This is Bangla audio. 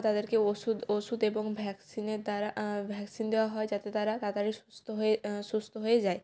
তাদেরকে ওষুধ ওষুধ এবং ভ্যাকসিনের দ্বারা ভ্যাকসিন দেওয়া হয় যাতে তারা তাড়াতাড়ি সুস্থ হয়ে সুস্থ হয়ে যায়